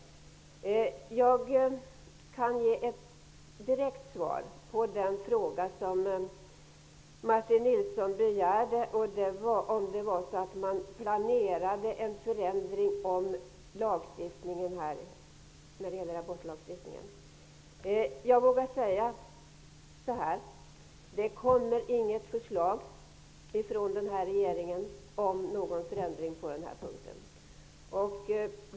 Jag kan ge ett direkt svar på den fråga som Martin Nilsson ställde om huruvida vi planerar en förändring av abortlagstiftningen. Jag vågar säga att det inte kommer något förslag från den här regeringen om en förändring på den här punkten.